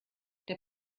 der